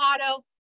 auto